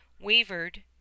wavered